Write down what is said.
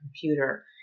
computer